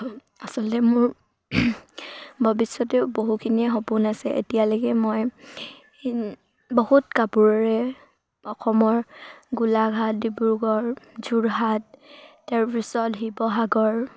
আচলতে মোৰ ভৱিষ্যতেও বহুখিনিয়ে সপোন আছে এতিয়ালৈকে মই বহুত কাপোৰৰে অসমৰ গোলাঘাট ডিব্ৰুগড় যোৰহাট তাৰপিছত শিৱসাগৰ